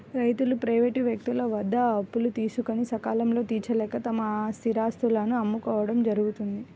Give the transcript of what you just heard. రైతులు ప్రైవేటు వ్యక్తుల వద్ద అప్పులు తీసుకొని సకాలంలో తీర్చలేక తమ స్థిరాస్తులను అమ్ముకోవడం జరుగుతోంది